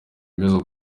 yemeza